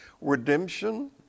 redemption